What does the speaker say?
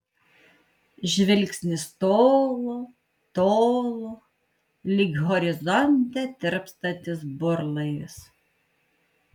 žvilgsnis tolo tolo lyg horizonte tirpstantis burlaivis